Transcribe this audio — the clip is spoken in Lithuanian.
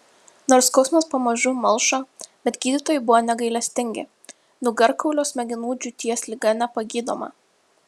nors skausmas pamažu malšo bet gydytojai buvo negailestingi nugarkaulio smegenų džiūties liga nepagydoma